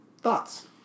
Thoughts